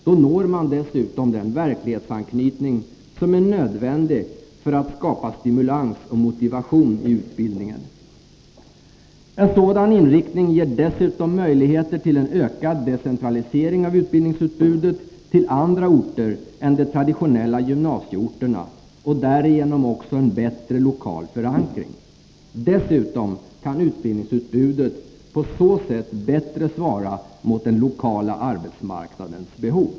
Då når man dessutom den verklighetsanknytning som är nödvändig för att skapa stimulans och motivation i utbildningen. En sådan inriktning ger dessutom möjligheter till en ökad decentralisering av utbildningsutbudet till andra orter än de traditionella gymnasieorterna och därigenom också en bättre lokal förankring. Dessutom kan utbildningsutbudet på så sätt bättre svara mot den lokala arbetsmarknadens behov.